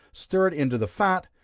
stir it into the fat,